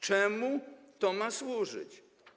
Czemu to ma służyć?